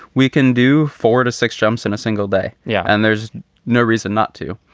we can do four to six jumps in a single day. yeah. and there's no reason not to.